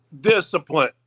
discipline